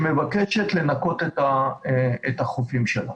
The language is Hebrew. שמבקשת לנקות את החופים שלה.